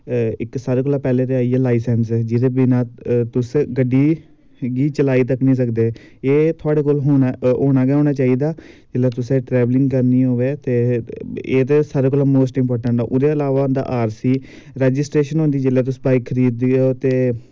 इक्क ते सारें कोला पैह्लें आइया लाइसेंस जे बिना तुस गड्डी गी चलाई तक्क निं सकदे एह् थोह्ड़े कोल होना गै होना चाहिदा जेल्लै तुसें ट्रैवलिंग करनी होऐ ते एह् सारें कोला मोस्ट इम्पार्टेंट ऐ ते आरसी रजीस्ट्रेशन होंदी ऐ जेल्लै तुस बाईक खरीददे ओ